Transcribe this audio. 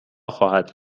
خواهد